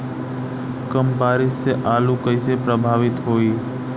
कम बारिस से आलू कइसे प्रभावित होयी?